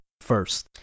first